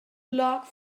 luck